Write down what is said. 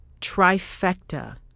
trifecta